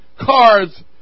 cards